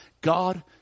God